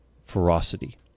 ferocity